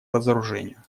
разоружению